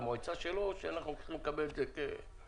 המועצה שלו או שאנחנו צריכים לקבל את זה כזלזול.